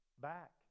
back